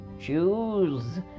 Choose